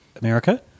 America